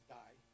die